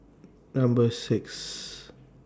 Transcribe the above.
Number six